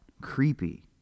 creepy